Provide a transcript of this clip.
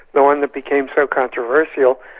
the one that became so controversial,